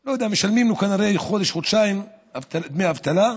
לא יודע, משלמים לו כנראה חודש-חודשיים דמי אבטלה,